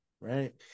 right